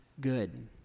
good